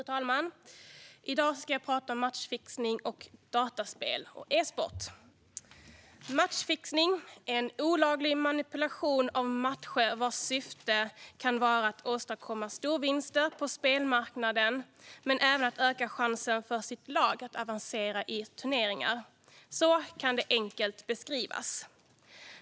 Fru talman! I dag ska jag tala om matchfixning, dataspel och e-sport. Matchfixning är en olaglig manipulation av matcher vars syfte kan vara att åstadkomma storvinster på spelmarknaden men även öka chansen för ens lag att avancera i turneringar. Så kan det enkelt beskrivas.